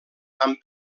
han